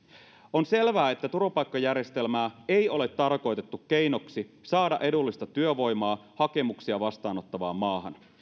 on selvää että turvapaikkajärjestelmää ei ole tarkoitettu keinoksi saada edullista työvoimaa hakemuksia vastaanottavaan maahan